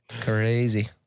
crazy